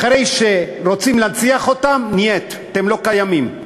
אחרי, רוצים להנציח אותם, נייט, אתם לא קיימים.